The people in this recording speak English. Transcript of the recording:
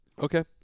Okay